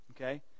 Okay